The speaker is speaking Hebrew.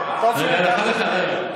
טוב שאמרת לי לקצר.